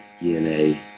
DNA